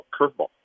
curveball